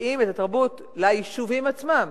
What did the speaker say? שמביאים את התרבות ליישובים עצמם.